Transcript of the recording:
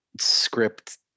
script